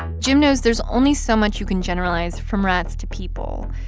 jim knows there's only so much you can generalize from rats to people.